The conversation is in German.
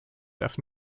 darf